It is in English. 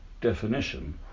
definition